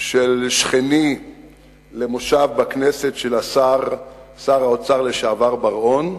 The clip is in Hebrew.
של שכני למושב בכנסת, של שר האוצר לשעבר בר-און.